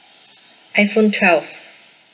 iphone twelve